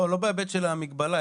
לא בהיבט של המגבלה,